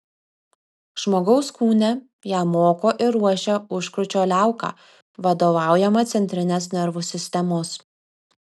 žmogaus kūne ją moko ir ruošia užkrūčio liauka vadovaujama centrinės nervų sistemos